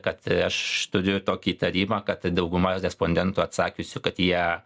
kad aš turiu tokį įtarimą kad dauguma respondentų atsakiusių kad jie